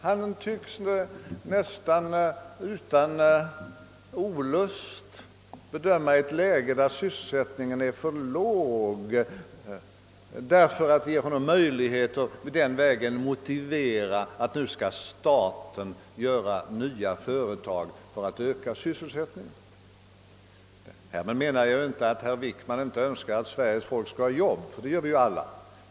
Han tycks utan större olust bedöma ett läge där sysselsättningen är för låg, därför att det ger honom möjligheter att därmed motivera att staten skall starta nya företag för att öka sysselsättningen, men härmed menar jag inte att herr Wickman inte önskar att Sveriges folk skall ha arbete — det gör vi alla.